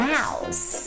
Mouse